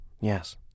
Yes